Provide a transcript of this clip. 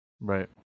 Right